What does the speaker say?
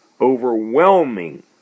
overwhelming